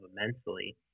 immensely